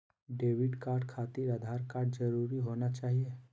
Debit card खातिर Aadhaar card जरूरी होना चाहिए?